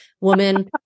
woman